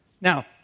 Now